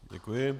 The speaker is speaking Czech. Děkuji.